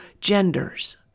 genders